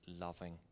loving